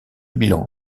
bilan